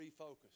refocus